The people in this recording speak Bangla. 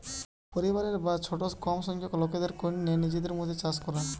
পরিবারের বা ছোট কম সংখ্যার লোকদের কন্যে নিজেদের মধ্যে চাষ করা